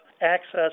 Access